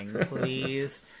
Please